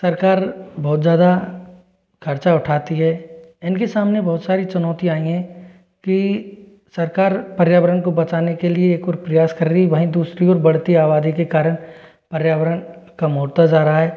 सरकार बहुत ज़्यादा खर्चा उठाती है इनके सामने बहुत सारी चुनौती आई हैं कि सरकार पर्यावरण को बचाने के लिए एक और प्रयास कर रही है वहीं दूसरी ओर बढ़ती आबादी के कारण पर्यावरण कम होता जा रहा है